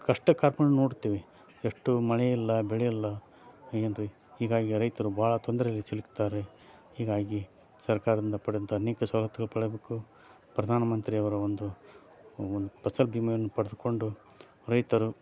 ಕಷ್ಟ ಕಾರ್ಪಣ್ಯವನ್ ನೋಡ್ತೇವೆ ಎಷ್ಟು ಮಳೆ ಇಲ್ಲ ಬೆಳೆ ಇಲ್ಲ ಏನ್ರೀ ಹೀಗಾಗಿ ರೈತರು ಭಾಳ ತೊಂದರೇಲಿ ಸಿಲುಕ್ತಾರೆ ಹೀಗಾಗಿ ಸರ್ಕಾರದಿಂದ ಪಡೆದಂಥ ಅನೇಕ ಸವಲತ್ತುಗಳು ಪಡೀಬೇಕು ಪ್ರಧಾನ ಮಂತ್ರಿಯವರ ಒಂದು ಒಂದು ಫಸಲ್ ಭೀಮಾವನ್ನು ಪಡೆದುಕೊಂಡು ರೈತರು